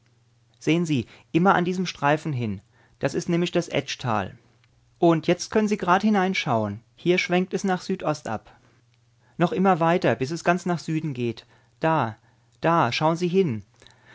sehen sie immer an diesem streifen hin das ist nämlich das etschtal und jetzt können sie gerad hineinschauen hier schwenkt es nach südost ab noch immer weiter bis es ganz nach süden geht da da schaun sie hin